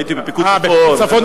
הייתי בפיקוד צפון.